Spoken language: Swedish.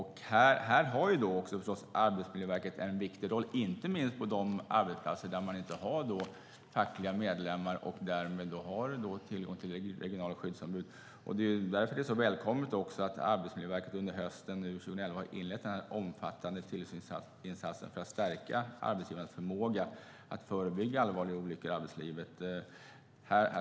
Här har förstås Arbetsmiljöverket en viktig roll, inte minst på de arbetsplatser där man inte har fackliga medlemmar och därmed inte tillgång till regionala skyddsombud. Det är därför som det är så välkommet att Arbetsmiljöverket redan i höstas har inlett den omfattande tillsynssatsningen för att stärka arbetsgivarnas förmåga att förebygga allvarliga olyckor i arbetslivet.